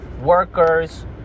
workers